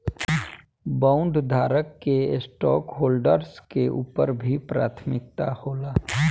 बॉन्डधारक के स्टॉकहोल्डर्स के ऊपर भी प्राथमिकता होला